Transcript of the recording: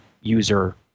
user